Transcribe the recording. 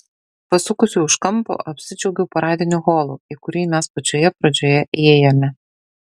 pasukusi už kampo apsidžiaugiau paradiniu holu į kurį mes pačioje pradžioje įėjome